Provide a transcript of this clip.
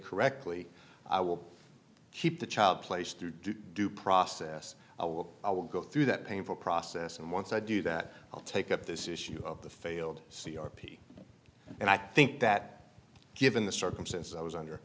correctly i will keep the child place through due process i will i will go through that painful process and once i do that i'll take up this issue of the failed c r p and i think that given the circumstances i was under